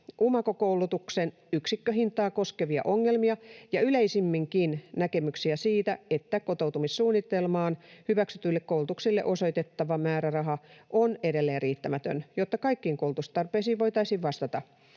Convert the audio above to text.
UMAKO-koulutuksen yksikköhintaa koskevia ongelmia ja yleisemminkin näkemyksiä siitä, että kotoutumissuunnitelmaan hyväksytyille koulutuksille osoitettava määräraha on edelleen riittämätön, jotta kaikkiin koulutustarpeisiin voitaisiin vastata.